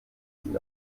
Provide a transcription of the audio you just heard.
ihn